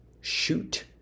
Shoot